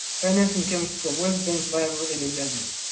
financing came from world bank via and and yeah